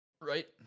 right